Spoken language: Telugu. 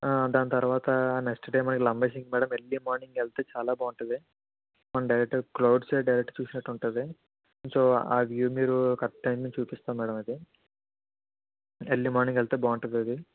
దాని తర్వాత next time Lambasingi madam early morning వెళితే చాలా బాగుంటుంది మనం డైరెక్ట్ క్లౌడ్సే డైరెక్ట్ చూసినట్టు ఉంటుంది సో ఆ వ్యూ మీరు కరెక్ట్ టైంకి చూపిస్తాం మేడం అది ఎర్లీ మార్నింగ్ వెళితే బాగుంటుంది అది